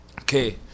Okay